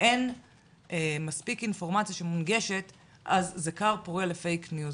כשאין מספיק אינפורמציה שמונגשת זה כר פורה לפייק ניוז.